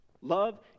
Love